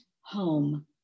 home